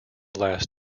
last